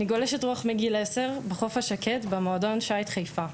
אני גולשת רוח מגיל 10 במועדון השיט בחיפה.